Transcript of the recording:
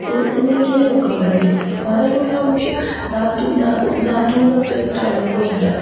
उ'नें केह् नौकरी करनी पता ई नेहा कुछ दादू दादू हुंदा ते चलो टाइम होई गेआ